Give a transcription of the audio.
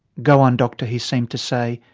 go on doctor he seemed to say,